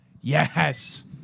Yes